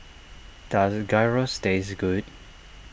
does Gyros taste good